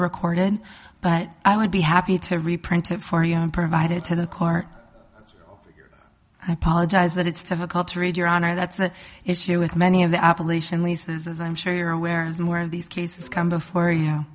recorded but i would be happy to reprint it for you and provided to the court i apologize that it's difficult to read your honor that's the issue with many of the appalachian leases as i'm sure you're aware as more of these cases come before you